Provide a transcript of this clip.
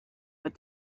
but